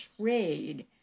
trade